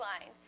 line